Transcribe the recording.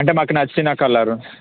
అంటే మాకు నచ్చిన కలర్